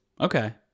Okay